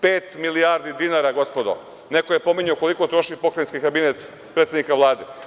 Pet milijardi dinara, gospodo, neko je pominjao koliko troši pokrajinski kabinet predsednika Vlade.